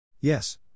Yes